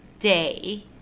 Day